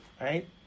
right